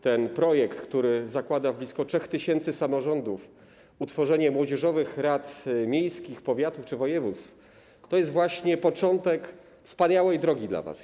Ten projekt, który zakłada w blisko 3 tys. samorządów utworzenie młodzieżowych rad miejskich, powiatów czy województw, to jest właśnie początek wspaniałej drogi dla was.